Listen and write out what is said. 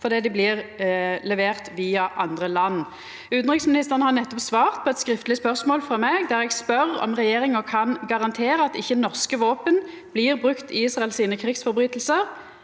fordi dei blir leverte via andre land. Utanriksministeren har nettopp svart på eit skriftleg spørsmål frå meg, der eg spør om regjeringa kan garantera at ikkje norske våpen blir brukte i Israel sine krigsbrot. Det